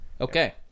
Okay